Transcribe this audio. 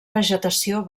vegetació